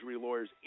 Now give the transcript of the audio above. Lawyers